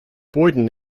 boyden